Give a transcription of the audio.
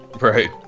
Right